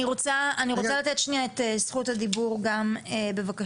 אני רוצה לתת שנייה את זכות הדיבור בבקשה,